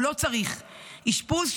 הוא לא צריך אשפוז,